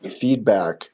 feedback